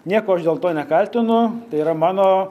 nieko aš dėl to nekaltinu tai yra mano